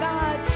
God